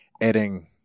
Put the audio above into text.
adding